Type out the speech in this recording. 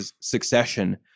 succession